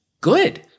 good